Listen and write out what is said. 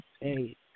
Hey